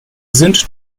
sind